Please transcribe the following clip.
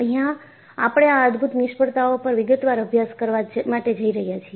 અહિયાં આપણે આ અદભૂત નિષ્ફળતાઓ પર વિગતવાર અભ્યાસ કરવા માટે જઈ રહ્યા છીએ